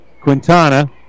Quintana